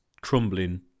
crumbling